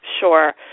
Sure